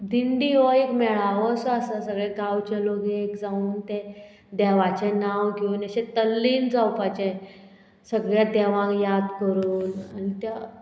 दिंडी हो एक मेळावो असो आसा सगळे गांवचे लोक एक जावन ते देवाचें नांव घेवन अशें तल्लीन जावपाचें सगळ्या देवाक याद करून आनी त्या